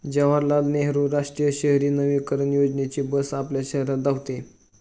जवाहरलाल नेहरू राष्ट्रीय शहरी नवीकरण योजनेची बस आपल्या शहरात धावते